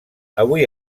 avui